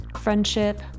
friendship